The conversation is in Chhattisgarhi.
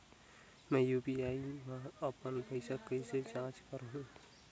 मैं यू.पी.आई मा अपन पइसा कइसे जांच करहु?